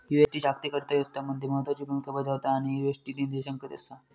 USD जागतिक अर्थ व्यवस्था मध्ये महत्त्वाची भूमिका बजावता आणि यु.एस.डी निर्देशांक असा